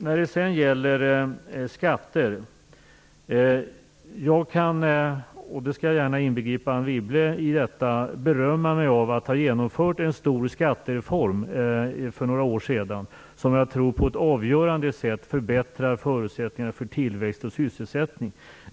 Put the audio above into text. När det sedan gäller skatter kan jag - jag skall gärna inbegripa Anne Wibble i detta - berömma mig om att ha genomfört en stor skattereform för några år sedan som jag tror på ett avgörande sätt förbättrar förutsättningar för tillväxt och sysselsättning.